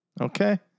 okay